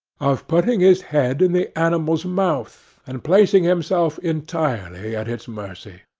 of putting his head in the animal's mouth, and placing himself entirely at its mercy.